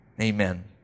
Amen